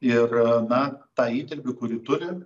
ir na tą įdirbį kurį turi